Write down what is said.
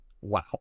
wow